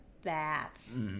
Bats